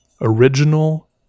Original